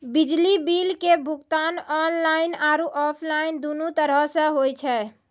बिजली बिल के भुगतान आनलाइन आरु आफलाइन दुनू तरहो से होय छै